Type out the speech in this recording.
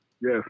Yes